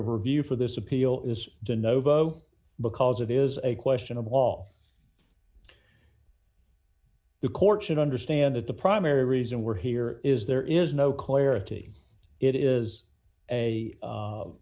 review for this appeal is to novo because it is a question of all the court should understand that the primary reason we're here is there is no clarity it is a